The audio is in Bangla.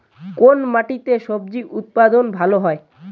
কোন মাটিতে স্বজি উৎপাদন ভালো হয়?